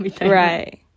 Right